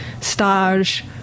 stage